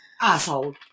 Asshole